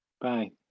Bye